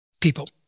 people